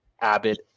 Abbott